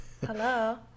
Hello